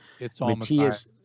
Matthias